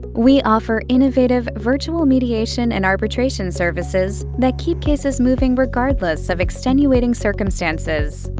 we offer innovative virtual mediation and arbitration services that keep cases moving regardless of extenuating circumstances.